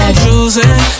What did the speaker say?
choosing